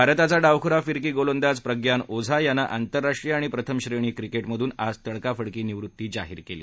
भारताचा डावखुरा फिरकी गोलंदाज प्रग्यान ओझा यानं आंतरराष्ट्रीय आणि प्रथम श्रेणी क्रिके डेधून आज तडकाफडकी निवृत्ती जाहीर केली